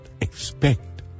expect